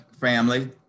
family